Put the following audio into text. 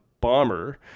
bomber